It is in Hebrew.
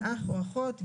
אח או אחות,